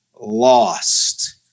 lost